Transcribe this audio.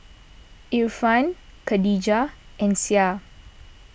Irfan Khadija and Syah